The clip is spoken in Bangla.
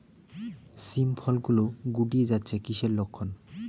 শিম ফল গুলো গুটিয়ে যাচ্ছে কিসের লক্ষন?